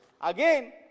Again